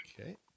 Okay